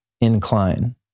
incline